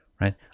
right